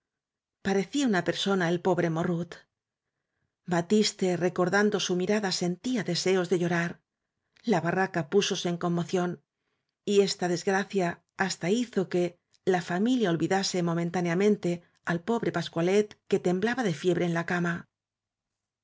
parecía una per sona el pobre morrut batiste recordando su mirada sentía deseos de llorar la barraca pú sose en conmoción y esta desgracia hasta hizo que la familia olvidase momentáneamente al po bre pascualet que temblaba de fiebre en la cama